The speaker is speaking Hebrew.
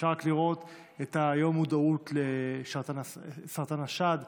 אפשר רק לראות את יום מודעות לסרטן השד,